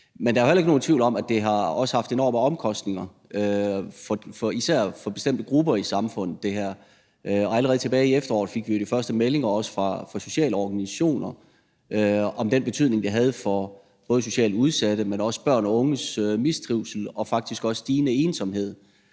Men der er jo heller ikke nogen tvivl om, at det her også har haft enorme omkostninger, især for bestemte grupper i samfundet. Og allerede tilbage i efteråret fik vi de første meldinger fra sociale organisationer om den betydning, det havde for både socialt udsattes, men også børn og unges mistrivsel og faktisk også stigende ensomhed.